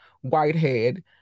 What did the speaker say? Whitehead